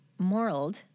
morald